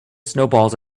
snowballs